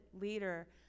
leader